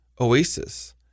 Oasis